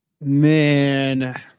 Man